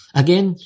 again